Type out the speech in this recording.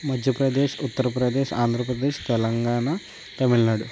Madhya Pradesh Uttar Pradesh Andhra Pradesh Telangana Tamil Nadu